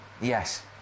Yes